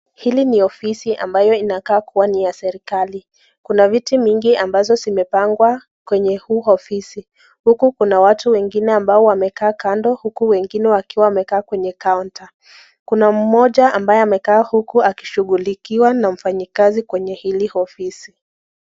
Hili ni ofisi ambayo inakaa kuwa ni ya serikali, Kuna viti mingi ambazo zimepangwa kwenye huu ofisi, Kuna watu wengine ambao wamekaa kando huku wengine wakiwa wamekaa kwenye counter , Kuna Mmoja ambayo amekaa huku akishughulikiwa na mfanyikazi kwenye hili ofisi.